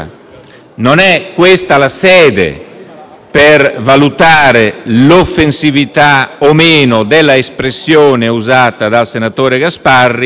Non è questa la sede per valutare l'offensività o meno dell'espressione usata dal senatore Gasparri,